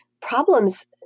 problems